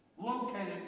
located